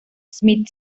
smith